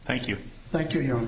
thank you thank you